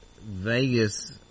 Vegas